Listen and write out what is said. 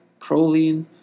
proline